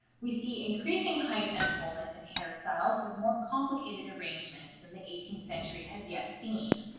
we see increasing height and fullness in hairstyles with more complicated arrangements than the eighteenth century has yet seen.